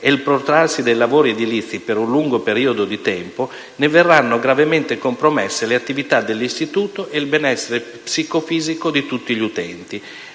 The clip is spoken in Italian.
e il protrarsi dei lavori edilizi per un lungo periodo di tempo, ne verranno gravemente compromesse le attività dell'Istituto e il benessere psicofisico di tutti gli utenti.